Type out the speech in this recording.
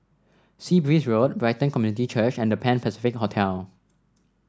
Sea Breeze Road Brighton Community Church and The Pan Pacific Hotel